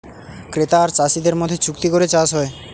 ক্রেতা আর চাষীদের মধ্যে চুক্তি করে চাষ হয়